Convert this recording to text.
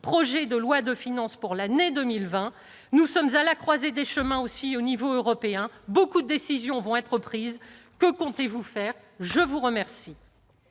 projet de loi de finances pour l'année 2020 ? Nous sommes à la croisée des chemins à l'échelon européen ; beaucoup de décisions vont être prises. Que comptez-vous faire ? La parole